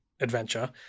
adventure